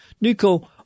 Nico